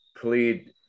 plead